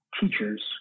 teachers